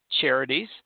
charities